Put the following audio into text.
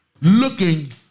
looking